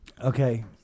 Okay